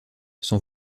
son